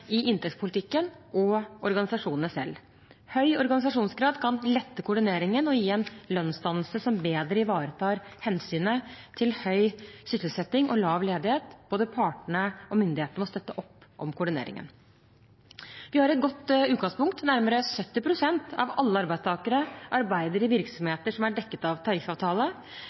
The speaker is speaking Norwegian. i inntektspolitikken og organisasjonene selv. Høy organisasjonsgrad kan lette koordineringen og gi en lønnsdannelse som bedre ivaretar hensynet til høy sysselsetting og lav ledighet. Både partene og myndighetene må støtte opp om koordineringen.» Vi har et godt utgangspunkt. Nærmere 70 pst. av alle arbeidstakere arbeider i virksomheter som er dekket av tariffavtale.